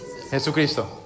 Jesucristo